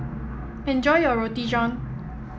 enjoy your Roti John